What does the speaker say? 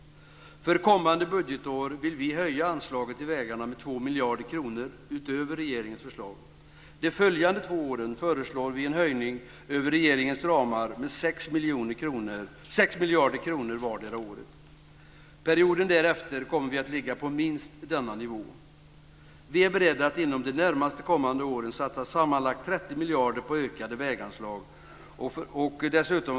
För kommande budgetår vill vi höja anslaget till vägarna med 2 miljarder kronor utöver regeringens förslag. De följande två åren föreslår vi en höjning över regeringens ramar med 6 miljarder kronor vardera året. Perioden därefter kommer vi att ligga på minst denna nivå. Vi är beredda att inom de närmast kommande åren satsa sammanlagt 30 miljarder på ökade väganslag.